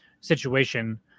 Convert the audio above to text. situation